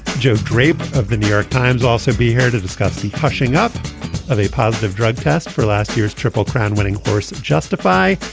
joe drape of the new york times also be here to discuss the pushing up of a positive drug test for last year's triple crown winning horse justify.